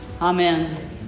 Amen